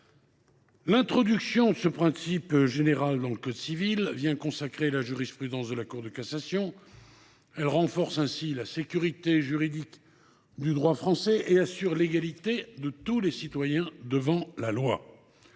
L’introduction de ce principe général dans le code civil consacre la jurisprudence de la Cour de cassation. Cela renforce la sécurité juridique du droit français et assure l’égalité de tous les citoyens devant la loi.